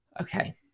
Okay